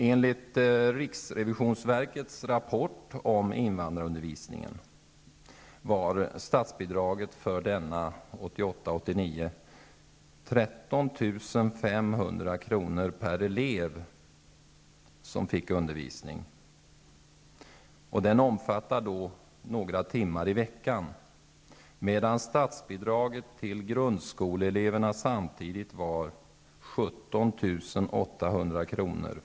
Enligt riksrevisionsverkets rapport om invandrarundervisningen var statsbidraget för denna 1988/89 13 500 kr. per elev som fick undervisning. Undervisningen omfattar några timmar i veckan. Statsbidraget till grundskoleeleverna var däremot 17 800 kr.